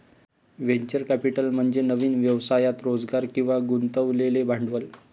venture capital म्हणजे नवीन व्यवसायात रोजगार किंवा गुंतवलेले भांडवल